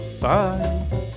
Bye